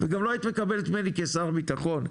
וגם לא היית מקבלת ממני כשר משרד הביטחון,